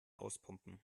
auspumpen